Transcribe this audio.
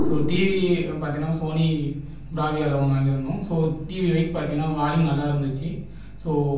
so TV பார்த்தீங்னா Sony ப்ராவியால ஒன்று வாங்கியிருந்தோம் ஸோ டிவி வைஸ் பார்த்தீங்னா வால்யூம் நல்லா இருந்துச்சு ஸோ